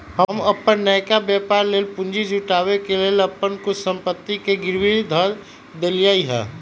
हम अप्पन नयका व्यापर लेल पूंजी जुटाबे के लेल अप्पन कुछ संपत्ति के गिरवी ध देलियइ ह